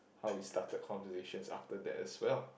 how we started conversations after that as well